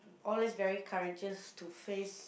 always very courageous to face